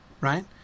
right